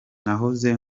nahoze